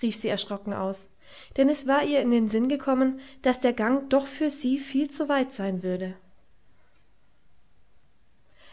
rief sie erschrocken aus denn es war ihr in den sinn gekommen daß der gang doch für sie viel zu weit sein würde